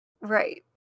right